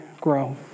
grow